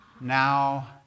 Now